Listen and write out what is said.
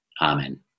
Amen